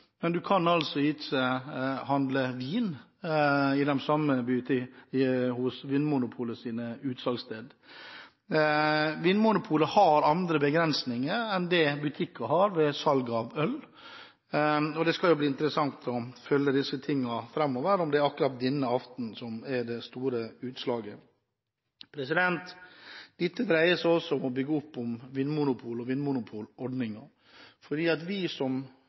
har andre begrensninger enn butikker har ved salg av øl. Det skal bli interessant å følge disse tingene framover og se om det er akkurat denne aftenen som gjør det store utslaget. Dette dreier seg også om å bygge opp om Vinmonopolet og vinmonopolordningen, for vi som